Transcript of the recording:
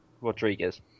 Rodriguez